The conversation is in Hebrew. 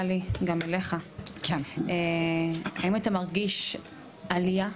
גם הילדים וגם ההורים מבינים כי עוד מעט לא יהיה